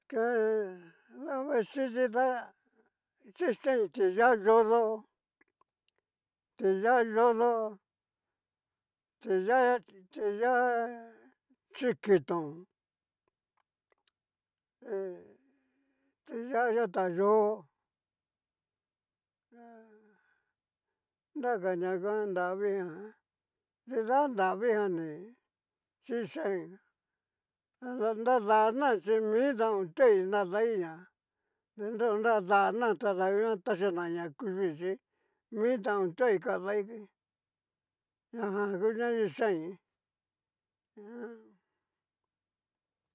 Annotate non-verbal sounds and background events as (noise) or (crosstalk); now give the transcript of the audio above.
Ke (hesitation) davaxichi tá yixaiin ti'yá yodó, tiyá yodó, tiyá tiyá chikitón, tiyá yata xó, he. nraga ña nguan nravigan. nrida nraviganni yichain, ada nradana chí mi ta otuai nadaiña, nri nadana tada nguan taxina ña kuchí chí mi ta okuai kadai ñajan ngu ña ixain aja.